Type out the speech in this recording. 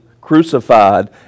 crucified